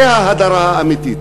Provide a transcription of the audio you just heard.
זו ההדרה האמיתית.